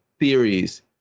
Theories